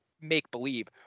make-believe